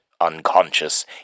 unconscious